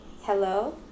Hello